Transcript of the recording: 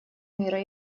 мира